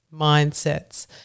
mindsets